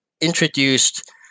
introduced